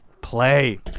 play